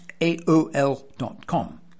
AOL.com